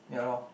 ya lor